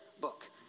book